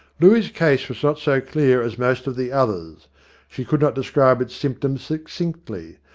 looey's case was not so clear as most of the others she could not describe its symptoms succinctly,